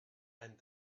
and